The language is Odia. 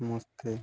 ସମସ୍ତେ